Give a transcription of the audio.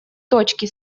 точки